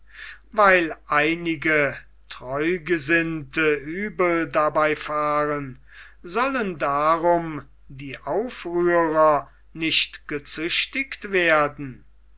weil einige treugesinnte übel dabei fahren sollen darum die aufrührer nicht gezüchtigt werden